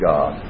God